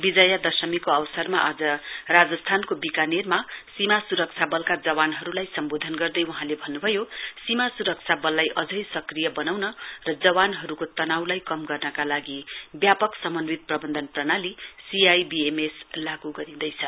विजय दशमीको अवसरमा आज राजस्थानका बीकानेरमा सीमा सुरक्षा वलका जवानहरुलाई सम्वोधन गर्दै वहाँले भन्न्भयो सीमा स्रक्षा वललाई अझै सक्रिय वनाउन र जवानहरुको तनाउलाई कम गर्नका लागि व्यापक समन्वित प्रवन्धन प्रणाली सीआईवीएमएस लागू गरिँदैछ